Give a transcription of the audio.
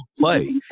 play